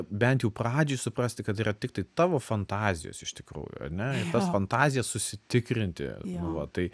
bent jau pradžioj suprasti kad tai yra tiktai tavo fantazijos iš tikrųjų ar ne ir tas fantazijas susitikrinti nu va tai